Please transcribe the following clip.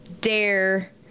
dare